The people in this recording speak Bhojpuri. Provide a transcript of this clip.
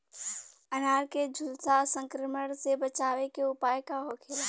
अनार के झुलसा संक्रमण से बचावे के उपाय का होखेला?